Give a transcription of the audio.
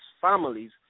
families